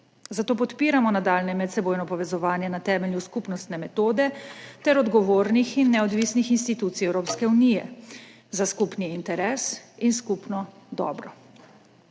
zato podpiramo nadaljnje medsebojno povezovanje na temelju skupnostne metode ter odgovornih in neodvisnih institucij Evropske unije za skupni interes in skupno dobro.